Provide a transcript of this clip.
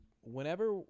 whenever